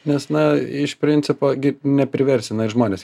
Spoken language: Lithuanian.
nes na iš principo gi nepriversi na ir žmonės